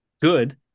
good